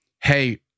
Hey